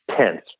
tense